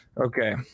Okay